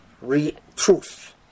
truth